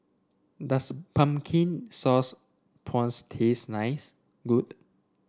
does Pumpkin Sauce Prawns taste nice